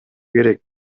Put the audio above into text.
керек